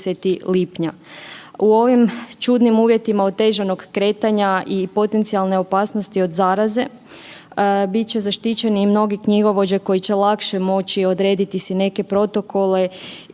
U ovim čudnim uvjetima otežanog kretanja i potencijalne opasnosti od zaraze bit će zaštićeni i mnogi knjigovođe koji će lakše moći odrediti si neke protokole